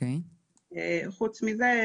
חוץ מזה,